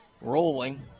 rolling